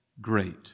great